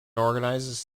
organizes